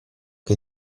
che